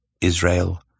Israel